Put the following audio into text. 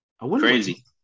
Crazy